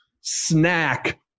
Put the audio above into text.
snack